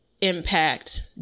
impact